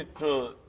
to